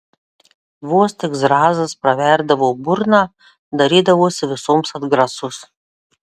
vos tik zrazas praverdavo burną darydavosi visoms atgrasus